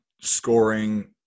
scoring